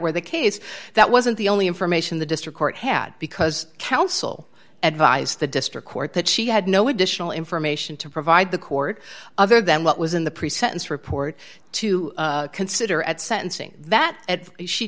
were the case that wasn't the only information the district court had because counsel advised the district court that she had no additional information to provide the court other than what was in the pre sentence report to consider at sentencing